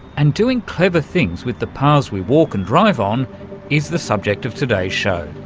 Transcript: and doing clever things with the paths we walk and drive on is the subject of today's show.